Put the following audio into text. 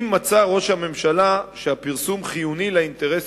אם מצא ראש הממשלה שהפרסום חיוני לאינטרס